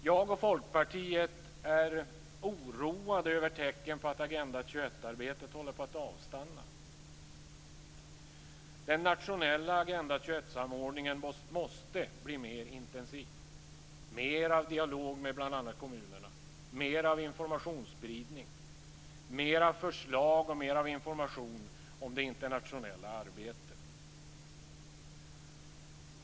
Jag och Folkpartiet är oroade över tecken på att Agenda 21-arbetet håller på att avstanna. Den nationella Agenda 21-samordningen måste bli mer intensiv med mer av dialog med bl.a. kommunerna, mer av informationsspridning, mer av förslag och mer av information om det internationella arbetet.